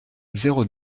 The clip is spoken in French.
zéro